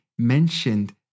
Mentioned